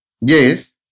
Yes